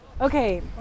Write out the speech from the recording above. Okay